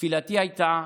תפילתי הייתה